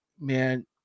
man